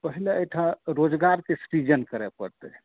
पहिले एहिठाम रोजगारक सृजन करै पड़तै